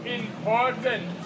important